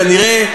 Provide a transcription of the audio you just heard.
כנראה,